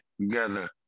together